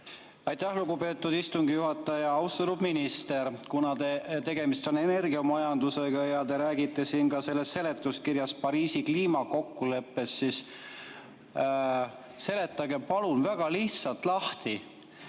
Aitäh, lugupeetud istungi juhataja! Austatud minister! Kuna tegemist on energiamajandusega ja te räägite selles seletuskirjas ka Pariisi kliimakokkuleppest, siis seletage palun väga lihtsalt lahti